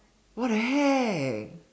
what the heck